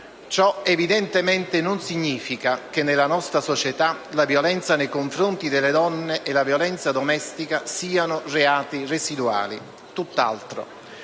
Ciò, evidentemente, non significa che nella nostra società la violenza nei confronti delle donne e la violenza domestica siano reati residuali.